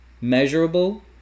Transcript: measurable